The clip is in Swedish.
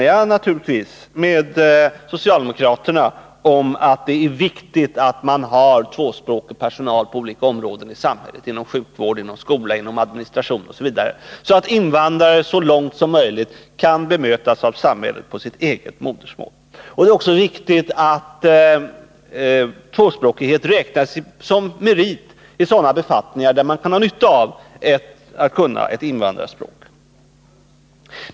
Vi är naturligtvis överens med socialdemokraterna om att det är viktigt att det finns tvåspråkig personal på samhällets olika områden — inom sjukvården, skolan, administrationen osv. — Så att invandrarna så långt det är möjligt kan bemötas av samhället på sitt eget modersmål. Det är också viktigt att tvåspråkigheten räknas som en merit på befattningar, där man kan ha nytta av att kunna ett invandrarspråk.